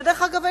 שדרך אגב,